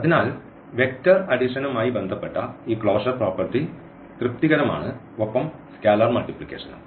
അതിനാൽ വെക്റ്റർ അഡിഷനുമായി ബന്ധപ്പെട്ട ഈ ക്ലോഷർ പ്രോപ്പർട്ടി തൃപ്തികരമാണ് ഒപ്പം സ്കാലാർ മൾട്ടിപ്ലിക്കേഷനും